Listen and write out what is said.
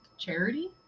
charity